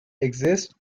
exist